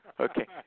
Okay